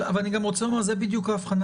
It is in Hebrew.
אבל אני גם רוצה לומר שזאת בדיוק ההבחנה